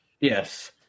yes